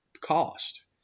cost